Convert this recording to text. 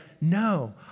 no